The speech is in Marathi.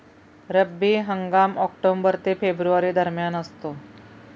रब्बी हंगाम ऑक्टोबर ते फेब्रुवारी दरम्यान असतो